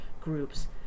groups